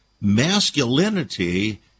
masculinity